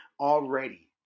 already